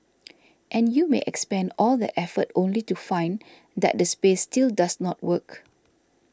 and you may expend all that effort only to find that the space still does not work